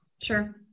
Sure